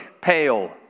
pale